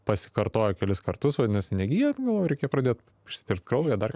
pasikartojo kelis kartus vadinasi negijo gal reikia pradėt išsitirt kraują dar